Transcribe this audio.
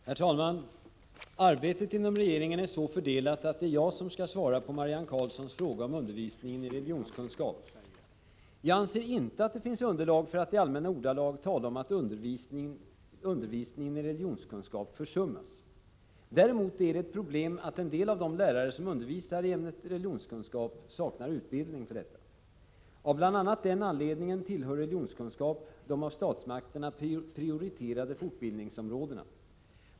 Herr talman! Arbetet inom regeringen är så fördelat att det är jag som skall svara på Marianne Karlssons fråga om undervisningen i religionskunskap. Jag anser inte att det finns underlag för att i allmänna ordalag tala om att undervisningen i religionskunskap ”försummas”. Däremot är det ett pro blem att en del av de lärare som undervisar i ämnet religionskunskap saknar utbildning för detta. Av bl.a. denna anledning tillhör religionskunskap de av statsmakterna prioriterade fortbildningsområdena.